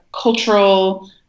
cultural